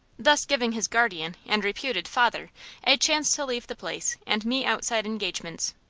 thus giving his guardian and reputed father a chance to leave the place and meet outside engagements.